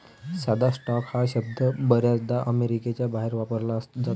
साधा स्टॉक हा शब्द बर्याचदा अमेरिकेच्या बाहेर वापरला जातो